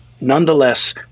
nonetheless